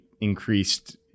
increased